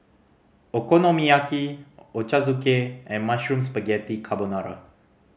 Okonomiyaki Ochazuke and Mushroom Spaghetti Carbonara